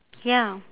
ya